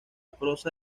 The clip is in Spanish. prosa